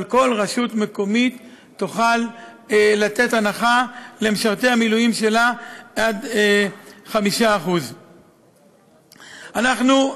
אבל כל רשות מקומית תוכל לתת הנחה למשרתי המילואים שלה עד 5%. אנחנו,